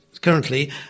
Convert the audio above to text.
currently